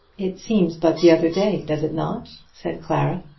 it seems but the other day does it not? said clara.